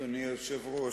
אדוני היושב-ראש,